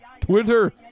Twitter